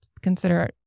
consider